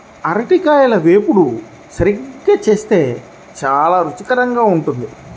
అరటికాయల వేపుడు సరిగ్గా చేస్తే చాలా రుచికరంగా ఉంటుంది